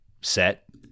set